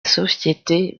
société